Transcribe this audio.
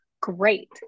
great